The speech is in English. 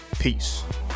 Peace